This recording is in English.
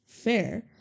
Fair